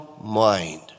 mind